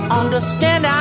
understand